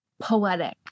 poetic